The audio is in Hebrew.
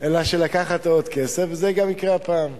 אלא של לקחת עוד כסף, וזה גם יקרה הפעם.